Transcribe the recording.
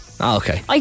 Okay